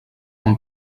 amb